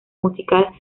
musical